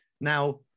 Now